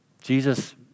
Jesus